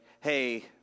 hey